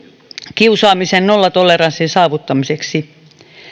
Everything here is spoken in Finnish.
kiusaamisen nollatoleranssin saavuttamiseksi